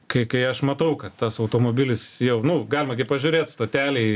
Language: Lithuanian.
kai kai aš matau kad tas automobilis jau nu galima gi pažiūrėt stotelėj